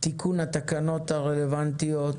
תיקון התקנות הרלוונטיות,